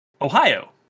Ohio